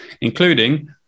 including